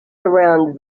around